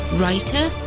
writer